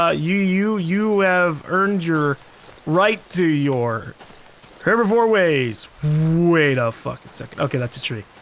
ah you, you, you have earned your right to your herbivore ways. wait, ah fucking second. okay that's the tree.